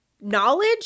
knowledge